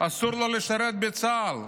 אסור לו לשרת בצה"ל.